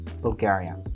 Bulgaria